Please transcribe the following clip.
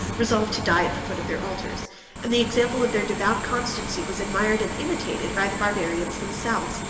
resolved to die at the foot of their altars and the example of their devout constancy was admired and imitated by the barbarians themselves.